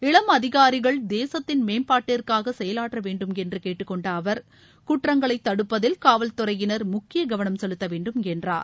இளம் அதிகாரிகள் தேசத்தின் மேம்பாட்டிற்காக செயவாற்ற வேண்டும் என்று கேட்டுக்கொண்ட அவர் குற்றங்களை தடுப்பதில் காவல்துறையினர் முக்கிய கவனம் செலுத்த வேண்டும் என்றார்